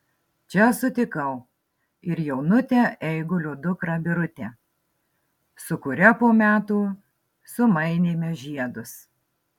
čia sutikau ir jaunutę eigulio dukrą birutę su kuria po metų sumainėme žiedus